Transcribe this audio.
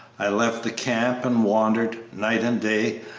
i left the camp and wandered, night and day,